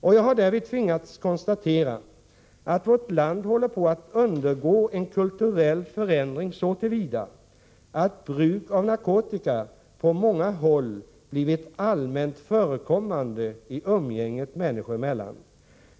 Och jag har därvid tvingats konstatera, att vårt land håller på att undergå en kulturell förändring såtillvida, att bruk av narkotika på många håll blivit allmänt förekommande i umgänget människor emellan.